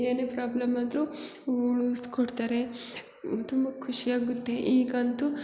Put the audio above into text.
ಏನೇ ಪ್ರಾಬ್ಲಮ್ ಆದರೂ ಉಳಿಸ್ಕೊಡ್ತಾರೆ ತುಂಬ ಖುಷಿಯಾಗುತ್ತೆ ಈಗಂತೂ